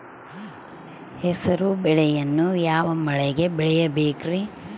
ಹೆಸರುಬೇಳೆಯನ್ನು ಯಾವ ಮಳೆಗೆ ಬೆಳಿಬೇಕ್ರಿ?